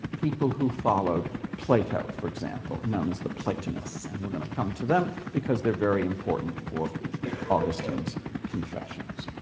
people who followed plato, for example, known as the platonists. and we're going to come to them, because they're very important for augustine's confessions.